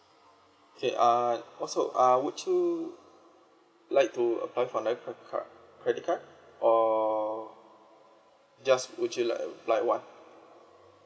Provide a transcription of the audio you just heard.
okay uh also uh would you like to apply for another credit card or just would you like like what